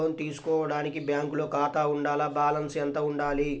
లోను తీసుకోవడానికి బ్యాంకులో ఖాతా ఉండాల? బాలన్స్ ఎంత వుండాలి?